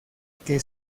que